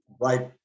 right